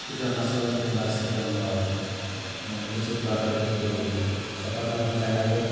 କୀଟନାଶକ କିମ୍ବା ସେ ଆମର୍ ବ୍ଲିଚିଂ ପାଉଡ଼ର୍ ଦେଇକିରି ସଫା କର୍ମା ଜାଗାକେ